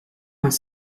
vingt